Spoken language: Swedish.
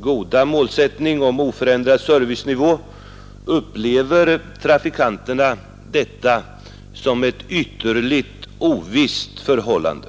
goda målsättning om oförändrad servicenivå upplever trafikanterna detta som ett ytterligt ovisst förhållande.